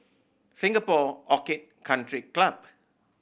Singapore Orchid Country Club